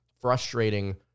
frustrating